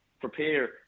prepare